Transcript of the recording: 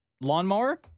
lawnmower